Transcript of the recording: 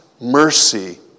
mercy